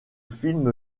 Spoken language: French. film